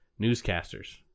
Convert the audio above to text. newscasters